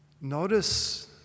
notice